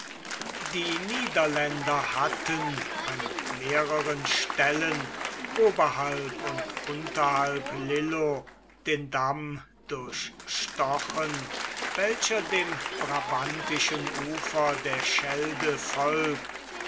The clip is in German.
die niederländer hatten an mehreren stellen oberhalb und unterhalb lillo den damm durchstochen welcher dem brabantischen ufer der schelde folgt